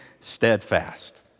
steadfast